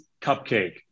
cupcake